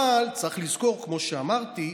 אבל צריך לזכור, כמו שאמרתי,